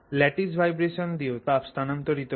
lattice vibration দিয়েও তাপ স্থানান্তরিত হয়